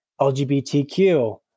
LGBTQ